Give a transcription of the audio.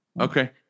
Okay